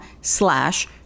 slash